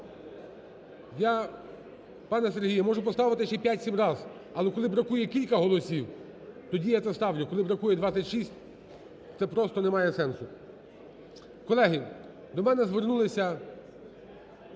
я… Пане Сергію, я можу поставити ще 5-7 раз, але коли бракує кілька голосів, тоді я це ставлю, а коли бракує 26, це просто не має сенсу. Колеги, до мене звернувся